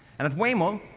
and, at waymo,